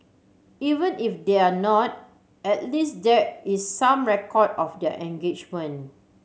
even if they're not at least there is some record of their engagement